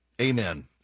Amen